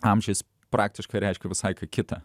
amžiais praktiškai reiškė visai kitą